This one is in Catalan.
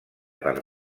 per